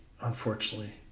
unfortunately